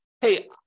hey